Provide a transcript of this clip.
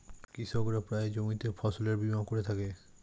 কৃষকরা প্রায়ই জমিতে ফসলের বীমা করে থাকে